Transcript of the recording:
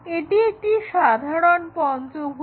এটি একটি সাধারন পঞ্চভুজ